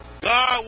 God